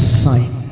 sign